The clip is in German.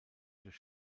durch